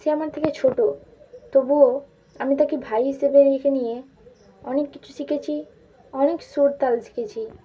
সে আমার থেকে ছোটো তবুও আমি তাকে ভাই হিসেবে রেখে নিয়ে অনেক কিছু শিখেছি অনেক সুরতাল শিখেছি